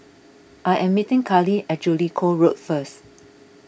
I am meeting Kallie at Jellicoe Road first